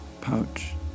pouch